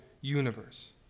universe